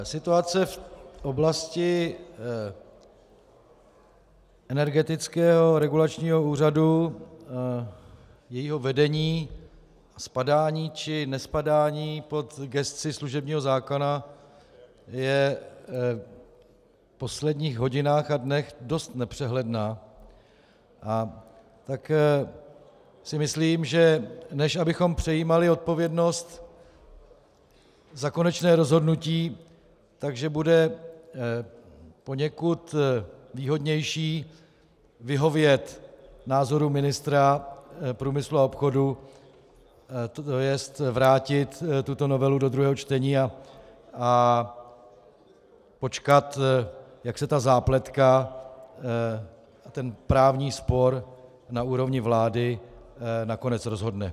Situace v oblasti Energetického regulačního úřadu, jeho vedení, spadání či nespadání pod gesci služebního zákona je v posledních hodinách a dnech dost nepřehledná, a tak si myslím, že než abychom přejímali odpovědnost za konečné rozhodnutí, bude poněkud výhodnější vyhovět názoru ministra průmyslu a obchodu, to je vrátit tuto novelu do druhého čtení a počkat, jak se ta zápletka a právní spor na úrovni vlády nakonec rozhodne.